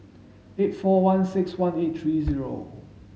eight four one six one eight three zero